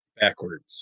backwards